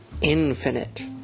infinite